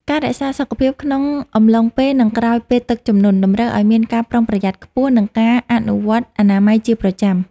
ការរក្សាសុខភាពក្នុងអំឡុងពេល និងក្រោយពេលទឹកជំនន់ តម្រូវឱ្យមានការប្រុងប្រយ័ត្នខ្ពស់ និងការអនុវត្តអនាម័យជាប្រចាំ។